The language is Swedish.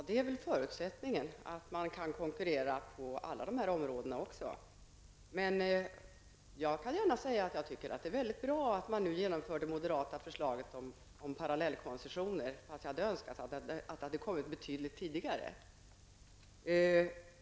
Herr talman! Förutsättningen är väl att man konkurrerar på alla områden. Jag kan gärna säga att jag tycker att det är väldigt bra att man nu genomför det moderata förslaget om parallellkoncessioner, fastän jag hade önskat att man hade gjort det betydligt tidigare.